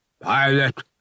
Pilot